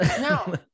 No